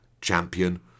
champion